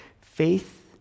Faith